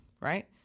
right